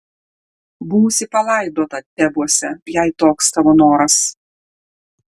būsi palaidota tebuose jei toks tavo noras